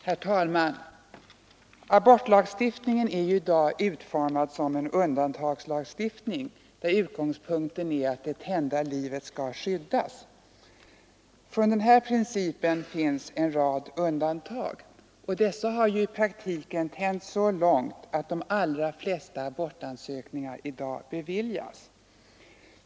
Herr talman! Abortlagstiftningen är i dag utformad som en undantagslagstiftning där utgångspunkten är att det tända livet skall skyddas. Från den principen finns en rad undantag, och dessa har i praktiken tänjts så långt att de allra flesta abortansökningarna i dag beviljas.